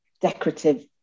decorative